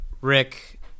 Rick